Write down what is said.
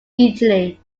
italy